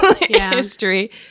history